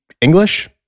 english